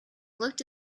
looked